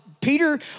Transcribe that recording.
Peter